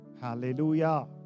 Hallelujah